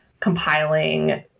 compiling